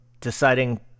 deciding